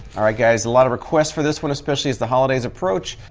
alright guys a lot of requests for this one, especially as the holidays approach.